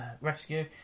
rescue